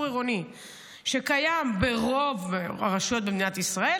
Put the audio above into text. עירוני שקיים ברוב הרשויות במדינת ישראל,